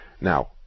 Now